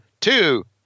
two